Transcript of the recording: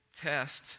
test